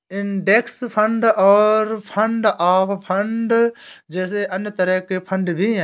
index fund और fund of fund जैसे अन्य तरह के फण्ड भी हैं